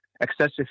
excessive